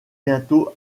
bientôt